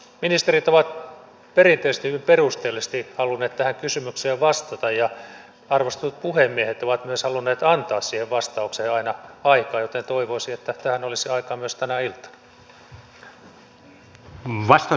ministerit ovat perinteisesti hyvin perusteellisesti halunneet tähän kysymykseen vastata ja arvostetut puhemiehet ovat myös halunneet antaa siihen vastaukseen aina aikaa joten toivoisin että tähän olisi aikaa myös tänä iltana